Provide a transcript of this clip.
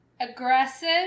aggressive